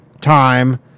time